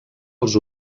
els